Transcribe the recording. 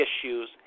issues